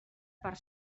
per